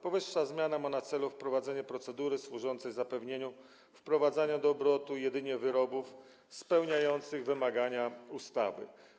Powyższa zmiana ma na celu wprowadzenie procedury służącej zapewnieniu wprowadzania do obrotu jedynie wyrobów spełniających wymagania ustawy.